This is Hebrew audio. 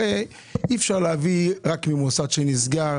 אי אפשר להביא רק מוסד שנסגר.